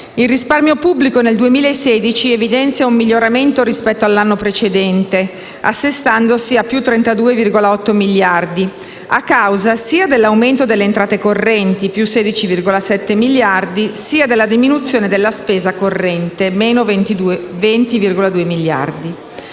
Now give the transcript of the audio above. Il risparmio pubblico nel 2016 evidenzia un miglioramento rispetto all'anno precedente, assestandosi a più 32,8 miliardi, a causa sia dell'aumento delle entrate correnti (più 16,7 miliardi), sia della diminuzione della spesa corrente (meno 20,2 miliardi).